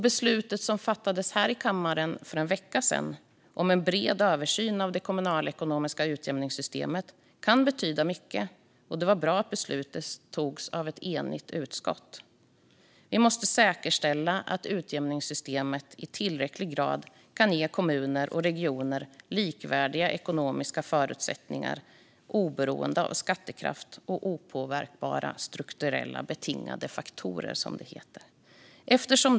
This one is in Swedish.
Beslutet som för en vecka sedan fattades här i kammaren om en bred översyn av det kommunalekonomiska utjämningssystemet kan betyda mycket. Det var också bra att beslutet togs av ett enigt utskott. Vi måste säkerställa att utjämningssystemet i tillräcklig grad kan ge kommuner och regioner likvärdiga ekonomiska förutsättningar oberoende av skattekraft och opåverkbara strukturellt betingade faktorer, som det heter.